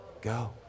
go